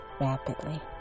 rapidly